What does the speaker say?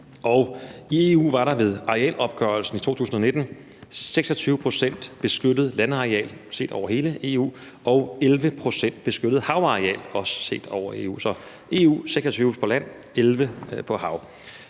I EU var der ved arealopgørelsen i 2019 26 pct. beskyttet landareal, set over hele EU, og 11 pct. beskyttet havareal, også set over hele EU. Så i EU er det